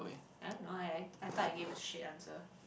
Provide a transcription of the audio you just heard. eh no eh I thought I give a sheet answer